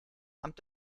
amt